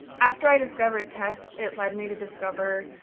after i discovered tess, it led me to discover